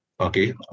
okay